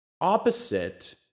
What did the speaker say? opposite